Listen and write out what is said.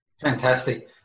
fantastic